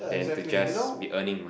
than to just be earning